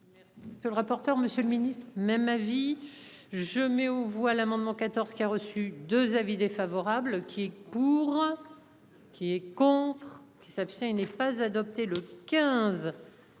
Que le rapporteur, Monsieur le Ministre même avis. Je mets aux voix l'amendement 14 qui a reçu 2 avis défavorables. Qui est pour. Qui est contre. Qui s'abstient. Il n'est pas adopté le 15.